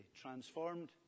Transformed